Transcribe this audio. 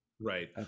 Right